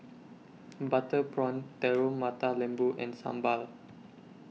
Butter Prawn Telur Mata Lembu and Sambal